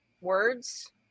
words